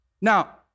Now